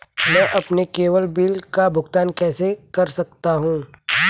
मैं अपने केवल बिल का भुगतान कैसे कर सकता हूँ?